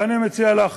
ואני מציע לך,